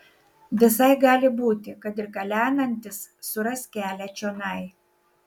visai gali būti kad ir kalenantis suras kelią čionai